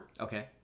Okay